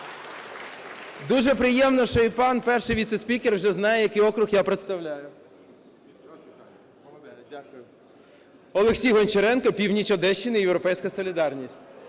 Дуже приємно, що і пан перший віце-спікер вже знає, який округ я представляю. Олексій Гончаренко, північ Одещини, "Європейська солідарність".